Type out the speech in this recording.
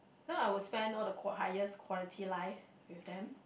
now I would spend all the qua~ highest quality life with them